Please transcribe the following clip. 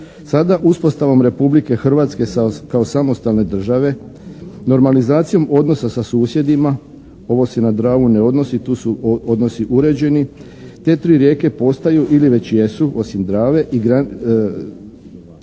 Sada uspostavom Republike Hrvatske kao samostalne države normalizacijom odnosa sa susjedima ovo se na Dravu ne odnosi, tu su odnosi uređeni, te tri rijeke postaju ili već jesu osim Drave i granične